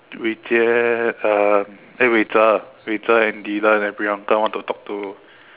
Wei Jie um eh Wei Zhe Wei Zhe and Dylan and Priyanka want to talk to